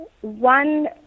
one